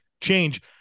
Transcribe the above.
change